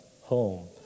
home